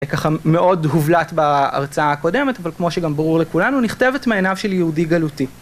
ככה מאוד הובלט בהרצאה הקודמת, אבל כמו שגם ברור לכולנו, נכתבת מעיניו של יהודי גלותי.